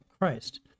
christ